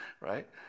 right